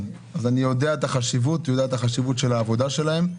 אז אני יודע את החשיבות של העבודה שלהן.